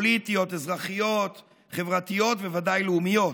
פוליטיות, אזרחיות, חברתיות, ובוודאי לאומיות,